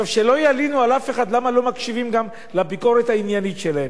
שלא ילינו על אף אחד למה לא מקשיבים גם לביקורת העניינית שלהם.